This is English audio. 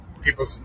people